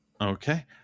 Okay